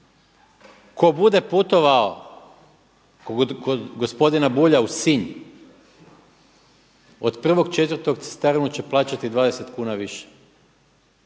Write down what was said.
Tko bude putovao kod gospodina Bulja u Sinj, od 1.4. cestarinu će plaćati 20 kuna više.